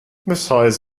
besides